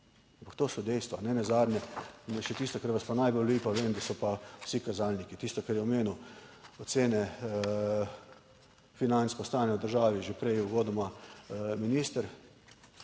to so dejstva. Ne nazadnje še tisto, kar vas pa najbolj boli, pa vem, da so pa vsi kazalniki, tisto kar je omenil, ocene, finančno stanja v državi, že prej uvodoma minister,